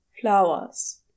flowers